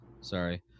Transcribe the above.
Sorry